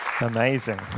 Amazing